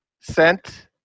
sent